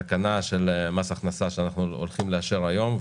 תקנה של מס הכנסה שאנחנו הולכים לאשר היום.